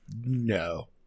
no